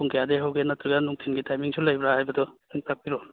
ꯄꯨꯡ ꯀꯌꯥꯗꯒꯤ ꯍꯧꯕꯒꯦ ꯅꯠꯇ꯭ꯔꯥꯒ ꯅꯨꯡꯊꯤꯜꯒꯤ ꯇꯥꯏꯃꯤꯡꯁꯨ ꯂꯩꯕ꯭ꯔꯥ ꯍꯥꯏꯕꯗꯨ ꯑꯝꯇ ꯇꯥꯛꯄꯤꯔꯛꯑꯣ